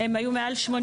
הם היו מעל 80,